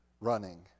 running